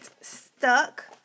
stuck